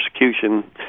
persecution